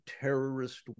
terrorist